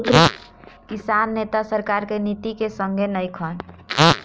किसान नेता सरकार के नीति के संघे नइखन